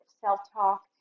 self-talk